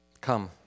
Come